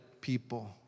people